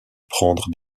prendre